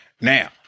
Now